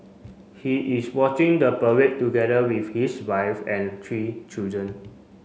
he is watching the parade together with his wife and three children